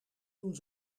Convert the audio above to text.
toen